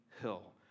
hill